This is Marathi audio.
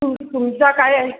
तुमी तुमचा काय एह्